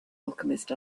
alchemist